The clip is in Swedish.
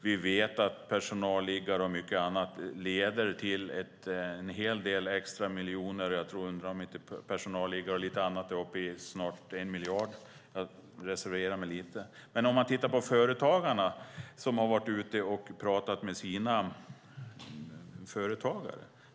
Vi vet att personalliggare och annat leder till en hel del extra miljoner. Jag undrar om inte det nu är uppe i snart 1 miljard, men jag reserverar mig lite. Man kan titta på Företagarna som har varit ute och talat med sina företagare.